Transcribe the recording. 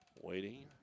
Waiting